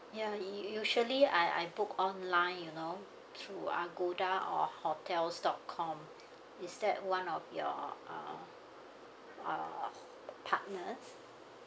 ya u~ usually I I book online you know through agoda or hotels dot com is that one of your uh uh partners